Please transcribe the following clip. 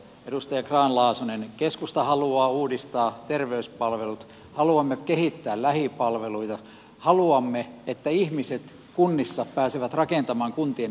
edustaja grahn laasonen keskusta haluaa uudistaa terveyspalvelut haluamme kehittää lähipalveluita haluamme että ihmiset kunnissa pääsevät rakentamaan kuntien elinvoimaa